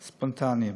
ספונטניים.